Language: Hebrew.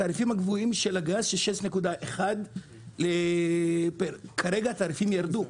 התעריפים הקבועים של הגז זה 6.1. כרגע התעריפים ירדו,